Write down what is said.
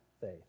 faith